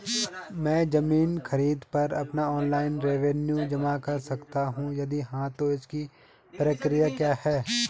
मैं ज़मीन खरीद पर अपना ऑनलाइन रेवन्यू जमा कर सकता हूँ यदि हाँ तो इसकी प्रक्रिया क्या है?